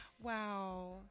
Wow